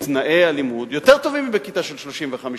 תנאי הלימוד יותר טובים מאשר בכיתה של 35 תלמידים.